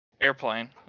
Airplane